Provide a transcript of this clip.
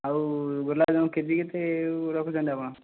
ଆଉ ଗୋଲାପଜାମୁ କେଜି କେତେ ରଖୁଛନ୍ତି ଆପଣ